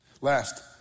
Last